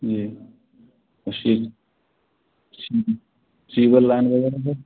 जी